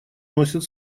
носят